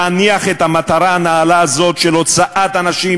להניח את המטרה הנעלה הזו של הוצאת אנשים